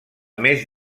més